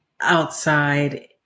outside